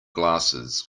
glasses